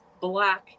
black